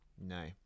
No